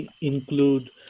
include